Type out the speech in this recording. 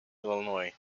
illinois